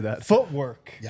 footwork